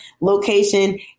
location